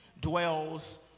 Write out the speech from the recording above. dwells